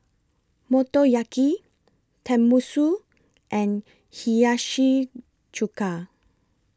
Motoyaki Tenmusu and Hiyashi Chuka